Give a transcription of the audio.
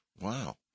Wow